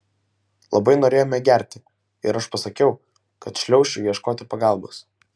labai norėjome gerti ir aš pasakiau kad šliaušiu ieškoti pagalbos